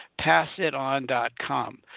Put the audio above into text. passiton.com